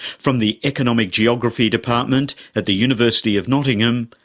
from the economic geography department at the university of nottingham,